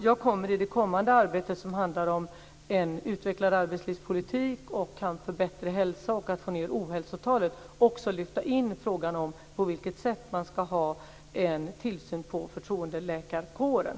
Jag kommer i det kommande arbetet som handlar om en utvecklad arbetslivspolitik, en kamp för bättre hälsa och att få ned ohälsotalet också att lyfta in frågan om på vilket sätt som man ska ha en tillsyn över förtroendeläkarkåren.